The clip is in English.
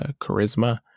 charisma